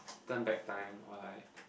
turn back time or like